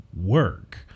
work